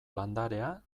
landarea